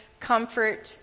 comfort